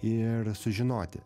ir sužinoti